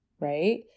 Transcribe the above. right